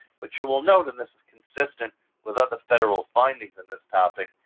but you will note, and this is consistent with other federal findings in this topic,